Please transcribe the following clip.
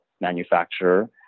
manufacturer